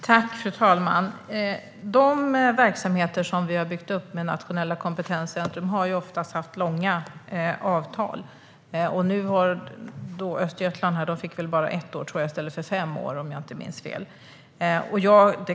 Fru talman! De verksamheter som vi har byggt upp med nationella kompetenscentrum har oftast haft långa avtal. Östergötland fick väl bara ett år i stället för fem år, om jag inte minns fel.